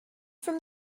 from